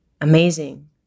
amazing